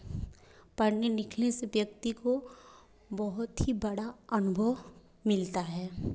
पढ़ने लिखने से व्यक्ति को बहुत ही बड़ा अनुभव मिलता है